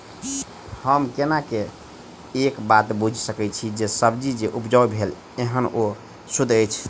हम केना ए बात बुझी सकैत छी जे सब्जी जे उपजाउ भेल एहन ओ सुद्ध अछि?